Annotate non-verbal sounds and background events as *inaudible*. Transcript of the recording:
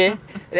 *laughs*